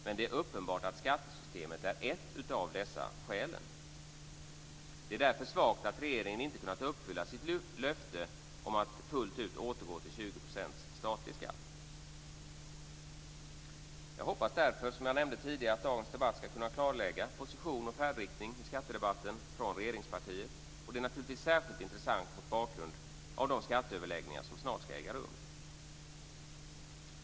Men det är uppenbart att skattesystemet är ett av dessa skäl. Det är därför svagt att regeringen inte har kunnat uppfylla sitt löfte om att fullt ut återgå till Jag hoppas därför att dagens skattedebatt skall kunna klarlägga position och färdriktning hos regeringspartiet. Det är naturligtvis särskilt intressant mot bakgrund av de skatteöverläggningar som snart skall äga rum.